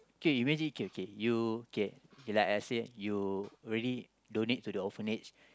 kay imagine okay okay you kay kay lah let's say you already donate to the orphanage